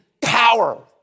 Power